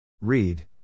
Read